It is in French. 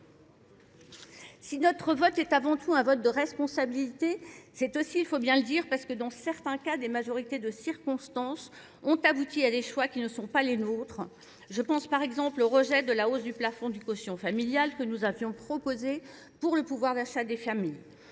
Si notre vote est avant tout un vote de responsabilité, c'est aussi, il faut bien le dire, parce que dans certains cas, des majorités de circonstances ont abouti à des choix qui ne sont pas les nôtres. Je pense par exemple au rejet de la hausse du plafond du caution familiale que nous avions proposé pour le pouvoir d'achat des familles.